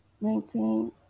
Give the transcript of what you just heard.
maintain